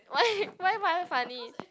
why why why find it funny